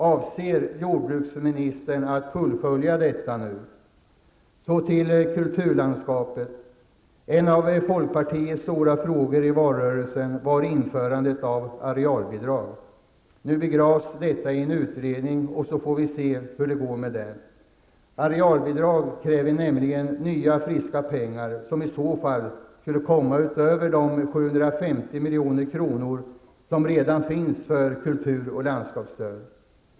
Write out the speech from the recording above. Avser jordbruksministern att fullfölja detta nu? Så till kulturlandskapet. En av folkpartiets stora frågor i valrörelsen var införandet av arealbidrag. Nu begravs detta i en utredning, och så får vi se hur det går med det. Arealbidrag kräver nämligen nya friska pengar, som i så fall skulle komma utöver de 750 milj.kr. som redan finns anslagna för kulturoch landskapsstöd.